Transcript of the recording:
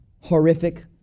horrific